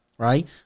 Right